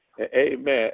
amen